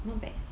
not bad